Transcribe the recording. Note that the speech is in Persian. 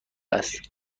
است